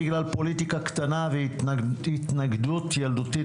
בגלל פוליטיקה קטנה והתנגדות ילדותית